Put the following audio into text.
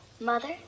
Mother